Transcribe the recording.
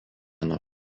nuo